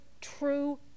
true